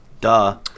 duh